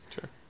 Sure